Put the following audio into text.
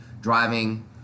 driving